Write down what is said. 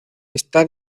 está